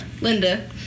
Linda